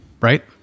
right